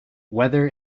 weather